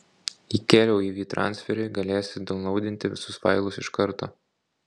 įkėliau į vytransferį galėsi daunlaudinti visus failus iš karto